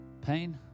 pain